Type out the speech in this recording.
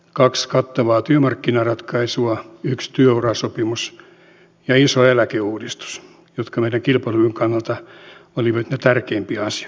kaksi kattavaa työmarkkinaratkaisua yksi työurasopimus ja iso eläkeuudistus jotka meidän kilpailukyvyn kannalta olivat niitä tärkeimpiä asioita